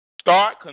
Start